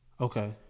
okay